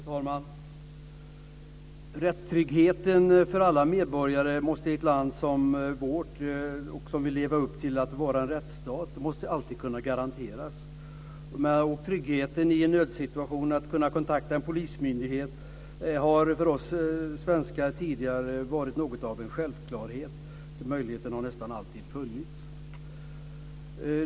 Fru talman! Rättstryggheten för alla medborgare i ett land som vårt, som vill leva upp till att vara en rättsstat, måste alltid kunna garanteras. Tryggheten att i en nödsituation kunna kontakta en polismyndighet har för oss svenskar tidigare varit något av en självklarhet. Den möjligheten har nästan alltid funnits.